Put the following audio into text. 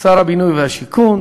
שר הבינוי והשיכון